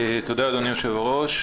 תודה אדוני היושב ראש,